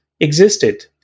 existed